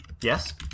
Yes